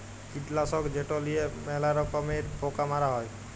কীটলাসক যেট লিঁয়ে ম্যালা রকমের পকা মারা হ্যয়